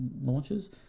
launches